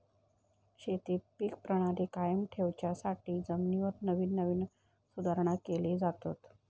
शेतीत पीक प्रणाली कायम ठेवच्यासाठी जमिनीवर नवीन नवीन सुधारणा केले जातत